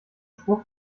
spruch